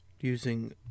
using